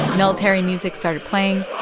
military music started playing,